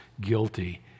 guilty